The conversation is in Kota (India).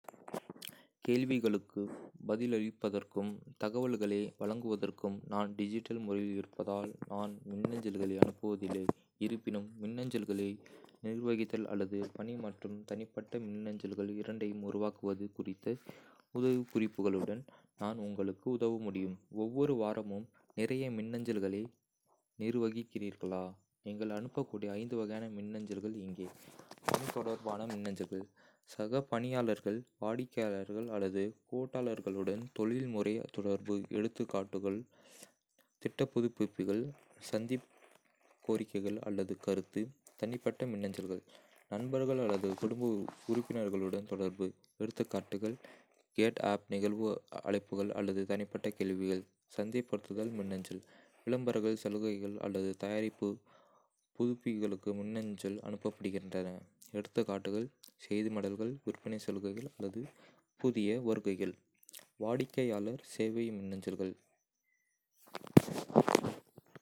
கேள்விகளுக்குப் பதிலளிப்பதற்கும் தகவல்களை வழங்குவதற்கும் நான் டிஜிட்டல் முறையில் இருப்பதால் நான் மின்னஞ்சல்களை அனுப்புவதில்லை. இருப்பினும், மின்னஞ்சல்களை நிர்வகித்தல் அல்லது பணி மற்றும் தனிப்பட்ட மின்னஞ்சல்கள் இரண்டையும் உருவாக்குவது குறித்த உதவிக்குறிப்புகளுடன் நான் உங்களுக்கு உதவ முடியும்! ஒவ்வொரு வாரமும் நிறைய மின்னஞ்சல்களை நிர்வகிக்கிறீர்களா? நீங்கள் அனுப்பக்கூடிய ஐந்து வகையான மின்னஞ்சல்கள் இங்கே: பணி தொடர்பான மின்னஞ்சல்கள் சக பணியாளர்கள், வாடிக்கையாளர்கள் அல்லது கூட்டாளர்களுடன் தொழில்முறை தொடர்பு. எடுத்துக்காட்டுகள்: திட்டப் புதுப்பிப்புகள், சந்திப்புக் கோரிக்கைகள் அல்லது கருத்து. தனிப்பட்ட மின்னஞ்சல்கள் நண்பர்கள் அல்லது குடும்ப உறுப்பினர்களுடன் தொடர்பு. எடுத்துக்காட்டுகள்: கேட்அப், நிகழ்வு அழைப்புகள் அல்லது தனிப்பட்ட கேள்விகள். சந்தைப்படுத்தல் மின்னஞ்சல்கள் விளம்பரங்கள், சலுகைகள் அல்லது தயாரிப்பு புதுப்பிப்புகளுக்கு மின்னஞ்சல்கள் அனுப்பப்படுகின்றன. எடுத்துக்காட்டுகள்: செய்திமடல்கள், விற்பனைச் சலுகைகள் அல்லது புதிய வருகைகள். வாடிக்கையாளர் சேவை மின்னஞ்சல்கள்